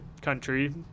country